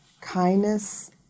kindness